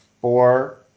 four